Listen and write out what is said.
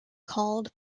called